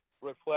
reflect